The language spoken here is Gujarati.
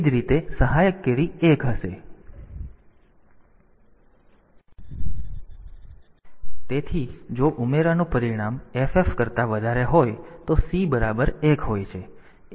એ જ રીતે સહાયક કેરી 1 હશે જો બીટ 3 થી બીટ 4 સુધીની હશે